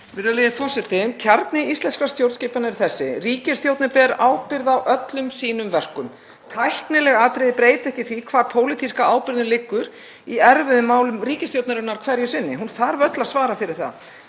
Virðulegi forseti. Kjarni íslenskrar stjórnskipan er þessi: Ríkisstjórnin ber ábyrgð á öllum sínum verkum. Tæknileg atriði breyta ekki því hvar pólitíska ábyrgðin liggur í erfiðum málum ríkisstjórnarinnar hverju sinni. Hún þarf öll að svara fyrir það